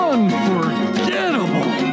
Unforgettable